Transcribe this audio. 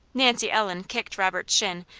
nancy ellen kicked robert's shin,